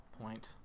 point